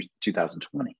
2020